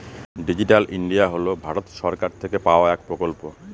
digital India হল ভারত সরকার থেকে পাওয়া এক প্রকল্প